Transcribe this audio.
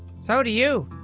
so do you.